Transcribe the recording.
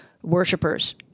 Worshippers